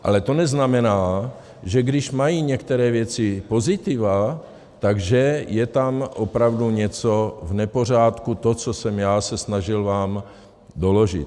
Ale to neznamená, že když mají některé věci pozitiva, tak že je tam opravdu něco v nepořádku, to, co jsem se vám snažil doložit.